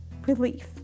relief